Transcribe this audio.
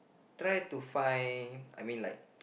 try to find I mean like